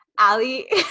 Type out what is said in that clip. ali